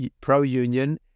pro-union